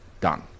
done